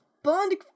Bond